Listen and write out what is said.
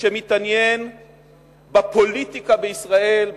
שמתעניין בפוליטיקה בישראל,